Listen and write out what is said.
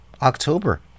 October